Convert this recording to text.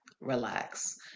relax